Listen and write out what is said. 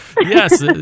Yes